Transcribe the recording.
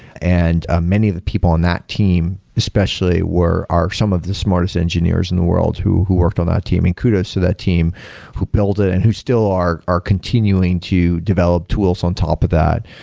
and ah many of the people on that team, especially where are some of the smartest engineers in the world who who worked on that team, and kudos to that team who built it and who still are are continuing to develop tools on top of that.